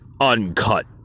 Uncut